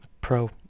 pro